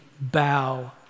bow